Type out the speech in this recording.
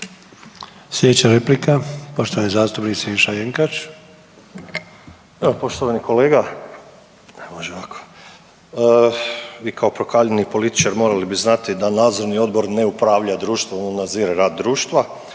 Slijedeća replika poštovani zastupnik Siniša Jenkač. **Jenkač, Siniša (HDZ)** Evo poštovani kolega, vi kao prokaljeni političar morali bi znati da nadzorni odbor ne upravlja društvom, on nadzire rad društva,